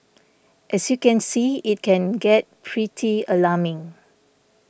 as you can see it can get pretty alarming